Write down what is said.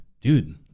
dude